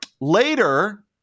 later